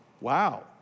Wow